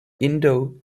indo